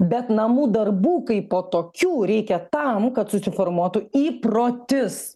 bet namų darbų kaipo tokių reikia tam kad susiformuotų įprotis